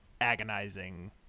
agonizing